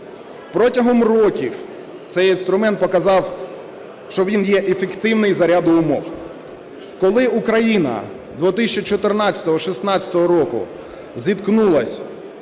Протягом років цей інструмент показав, що він є ефективний за ряду умов. Коли Україна 2014-2016 року зіткнулася